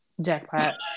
jackpot